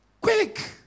quick